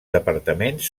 departaments